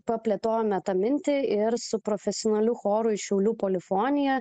paplėtojome tą mintį ir su profesionaliu choru iš šiaulių polifonija